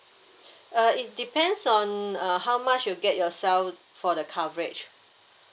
uh it depends on uh how much you get yourself for the coverage